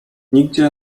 nigdzie